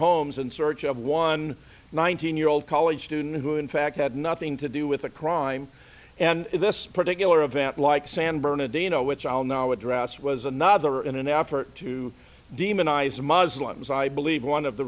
homes in search of one nineteen year old college student who in fact had nothing to do with a crime and this particular event like san bernadino which i'll now address was another in an effort to demonize my slim's i believe one of the